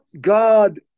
god